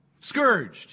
scourged